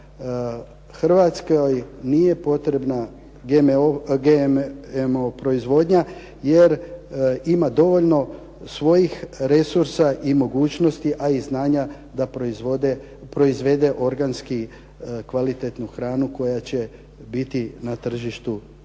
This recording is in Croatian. Hrvatskoj nije potrebna GMO proizvodnja jer ima dovoljno svojih resursa i mogućnosti, a i znanja da proizvede organski kvalitetnu hranu koja će biti na tržištu